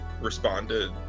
responded